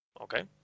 Okay